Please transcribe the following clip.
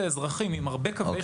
ולא לבלבל את האזרחים עם הרבה קווי